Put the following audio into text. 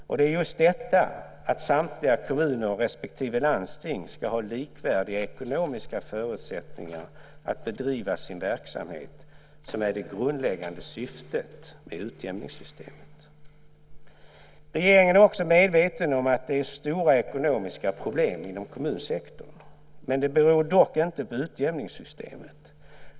Och det är just detta, att samtliga kommuner respektive landsting ska ha likvärdiga ekonomiska förutsättningar att bedriva sin verksamhet, som är det grundläggande syftet med utjämningssystemet. Regeringen är också medveten om att det är stora ekonomiska problem inom kommunsektorn. Det beror dock inte på utjämningssystemet.